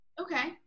Okay